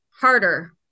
harder